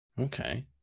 okay